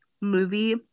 movie